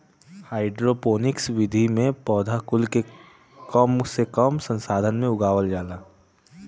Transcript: hydroponics विधि में पौधा कुल के कम से कम संसाधन में उगावल जाला